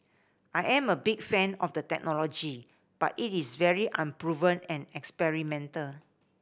I am a big fan of the technology but it is very unproven and experimental